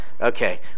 okay